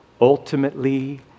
ultimately